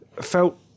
felt